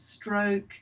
stroke